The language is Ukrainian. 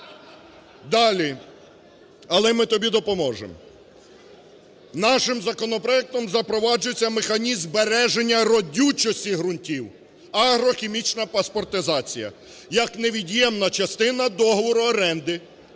Далі. Але ми тобі допоможемо. Нашим законопроектом запроваджується механізм збереження родючості ґрунтів, агрохімічна паспортизація, як невід'ємна частина договору оренди